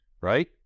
Right